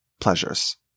pleasures